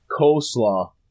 coleslaw